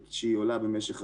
שעולה במשך השנים.